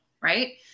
right